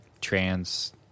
trans